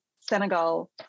Senegal